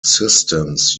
systems